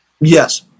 Yes